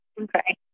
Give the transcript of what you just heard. Okay